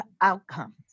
outcomes